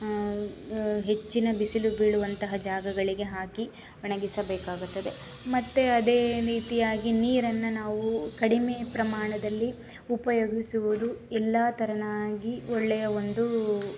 ಹೆಚ್ಚಿನ ಬಿಸಿಲು ಬೀಳುವಂತಹ ಜಾಗಗಳಿಗೆ ಹಾಕಿ ಒಣಗಿಸಬೇಕಾಗುತ್ತದೆ ಮತ್ತು ಅದೇ ರೀತಿಯಾಗಿ ನೀರನ್ನು ನಾವು ಕಡಿಮೆ ಪ್ರಮಾಣದಲ್ಲಿ ಉಪಯೋಗಿಸುವುದು ಎಲ್ಲ ತೆರನಾಗಿ ಒಳ್ಳೆಯ ಒಂದು